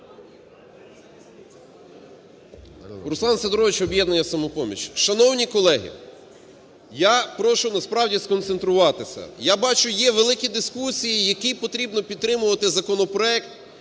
Руслан Сидорович, "Об'єднання "Самопоміч". Шановні колеги! Я прошу насправді сконцентруватись. Я бачу, є великі дискусії, який потрібно підтримувати законопроект: